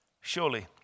surely